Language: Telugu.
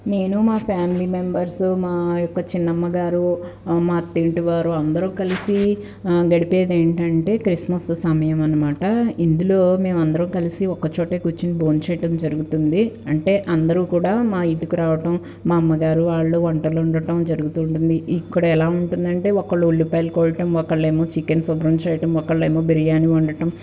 నేను మా ఫ్యామిలీ మెంబర్స్ మా యొక్క చిన్నమ్మ గారు మా అత్త ఇంటి వారు అందరూ కలిసి గడిపేది ఏంటంటే క్రిస్మస్ సమయం అనమాట ఇందులో మేము అందరం కలిసి ఒక చోటే కూర్చుని భోంచేయడం జరుగుతుంది అంటే అందరూ కూడా మా ఇంటికి రావడం మా అమ్మగారు వాళ్లు వంటలు వండటం జరుగుతుంది ఇక్కడ ఎలా ఉంటుందంటే ఒకళ్ళు ఉల్లిపాయలు కోవడం ఒకళ్ళు ఏమో చికెన్ శుభ్రం చేయడం ఒకళ్ళేమో బిర్యాని వండటం